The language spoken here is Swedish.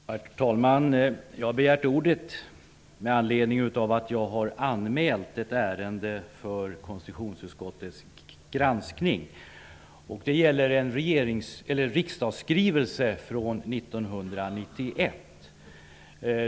Herr talman! Jag begärde ordet med anledning av att jag har anmält ett ärende för konstitutionsutskottets granskning. Det gäller en riksdagsskrivelse från 1991.